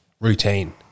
routine